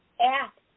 act